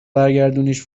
برگردونیش